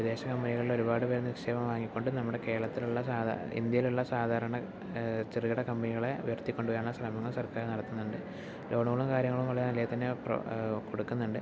വിദേശ കമ്പനികളിൽ ഒരുപാട് പേർ നിക്ഷേപം വാങ്ങി കൊണ്ട് നമ്മുടെ കേരളത്തിലുള്ള സാദാ ഇന്ത്യയിലുള്ള സാധാരണ ചെറുകിട കമ്പനികളെ ഉയർത്തികൊണ്ട് വരാനുള്ള ശ്രമങ്ങൾ സർക്കാർ നടത്തുന്നുണ്ട് ലോണുകളും കാര്യങ്ങളും വളരെ നല്ല രീതിയിൽ തന്നെ കൊടുക്കുന്നുണ്ട്